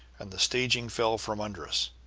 and the staging fell from under us.